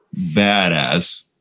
badass